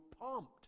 pumped